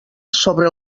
sobre